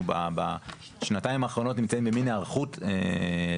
אנחנו בשנתיים האחרונות נמצאים במין היערכות לפרויקט,